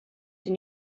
zijn